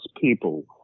people